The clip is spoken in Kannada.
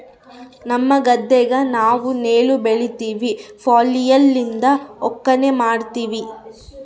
ನಮ್ಮ ಗದ್ದೆಗ ನಾವು ನೆಲ್ಲು ಬೆಳಿತಿವಿ, ಫ್ಲ್ಯಾಯ್ಲ್ ಲಿಂದ ಒಕ್ಕಣೆ ಮಾಡ್ತಿವಿ